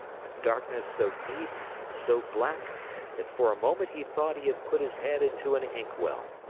a darkness so deep and so black that for a moment he thought he had put his head into an inkwell.